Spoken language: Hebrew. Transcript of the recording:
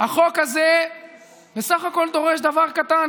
החוק הזה בסך הכול דורש דבר קטן,